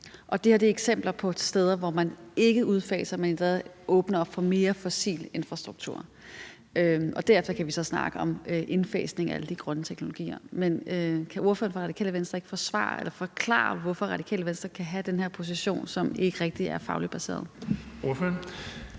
og det her er eksempler på steder, hvor man ikke udfaser, men åbner op for mere fossil infrastruktur. Derefter kan vi så snakke om indfasning af alle de grønne teknologier. Men kan ordføreren for Radikale Venstre ikke forklare, hvorfor Radikale Venstre kan have den her position, som ikke rigtig er fagligt baseret?